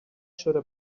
should